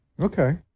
Okay